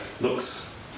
looks